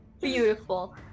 Beautiful